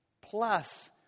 plus